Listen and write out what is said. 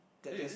that just